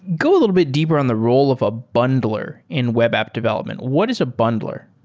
go a little bit deeper on the role of a bundler in web app development. what is a bundler?